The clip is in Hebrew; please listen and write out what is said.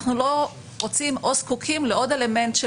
אנחנו לא רוצים או זקוקים לעוד אלמנט של